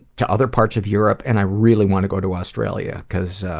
to other parts of europe, and i really wanna go to australia, cause